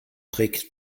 trick